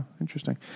Interesting